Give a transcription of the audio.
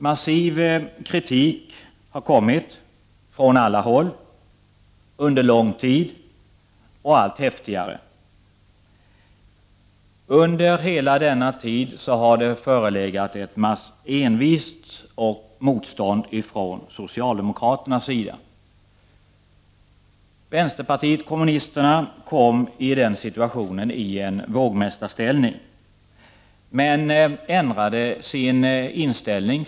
Massiv kritik har från alla håll under lång tid och allt häftigare riktats mot förhållandena. Under hela denna tid har det förelegat envist motstånd från socialdemo kraternas sida. Vänsterpartiet kommunisterna kom i den situationen i en vågmästarställning.